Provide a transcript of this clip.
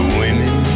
women